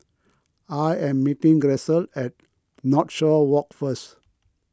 I am meeting Grisel at Northshore Walk first